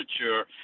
mature